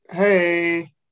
Hey